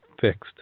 fixed